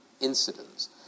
incidents